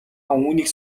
түүнийг